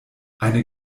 eine